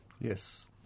Yes